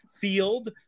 field